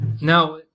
Now